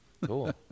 Cool